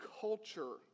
culture